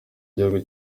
gihugu